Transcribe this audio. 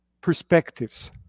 perspectives